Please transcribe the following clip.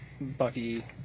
Bucky